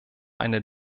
eine